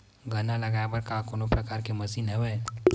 गन्ना लगाये बर का कोनो प्रकार के मशीन हवय?